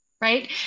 right